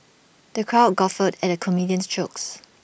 the crowd guffawed at the comedian's jokes